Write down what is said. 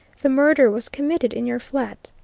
the murder was committed in your flat.